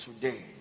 today